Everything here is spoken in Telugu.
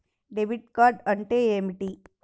డెబిట్ కార్డ్ అంటే ఏమిటి?